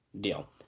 deal